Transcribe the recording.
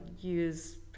use